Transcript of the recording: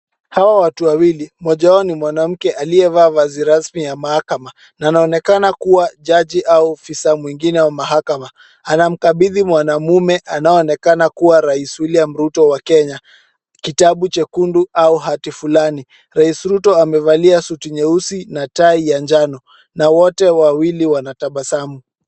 Hawa ni watu wawili, mmoja wao ni mwanamke aliyevaa vazi rasmi ya mahakama na anaonekana kuwa jaji au ofisa mwingine au mahakama, anamkabidhi mwanamume anaonekana kuwa rais William Ruto wa Kenya, kitabu chekundu au hati fulani rais Ruto amevalia suti nyeusi na tai ya njano na wote wawili wanatabasamu.